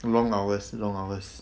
long hours long hours